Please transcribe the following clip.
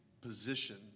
position